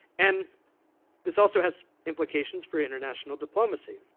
and this also has implications for international diplomacy.